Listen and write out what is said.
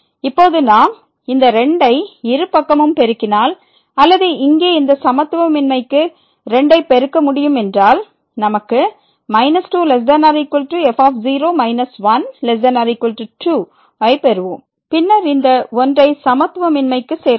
இப்போது நாம் இந்த 2 ஐ இரு பக்கமும் பெருக்கினால் அல்லது இங்கே இந்த சமத்துவமின்மைக்கு 2 ஐபெருக்க முடியும் என்றால் நமக்கு 2≤f0 1≤2 ஐப் பெறுவோம் பின்னர் இந்த 1 ஐ சமத்துவமின்மைக்கு சேர்க்கலாம்